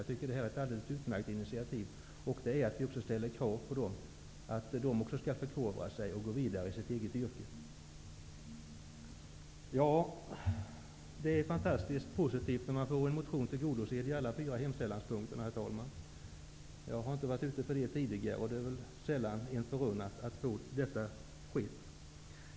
Jag tycker att det är ett alldeles utmärkt initiativ, och det innebär att det också ställs krav på fiskarna att förkovra sig och gå vidare i sitt eget yrke. Det är fantastiskt positivt att få en motion tillgodosedd i alla fyra hemställanspunkterna, herr talman. Jag har inte varit med om det tidigare, och det är väl sällan någon förunnat att så sker.